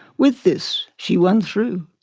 with this she won through.